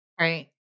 Right